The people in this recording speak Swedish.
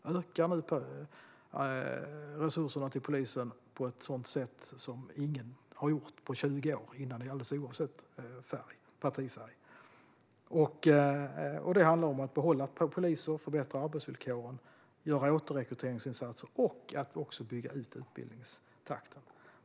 Vi ökar nu resurserna till polisen på ett sätt som ingen har gjort på 20 år, oavsett partifärg. Det handlar om att behålla poliser, förbättra arbetsvillkoren, göra återrekryteringsinsatser och att öka utbildningstakten.